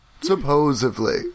Supposedly